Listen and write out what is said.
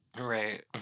Right